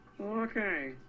Okay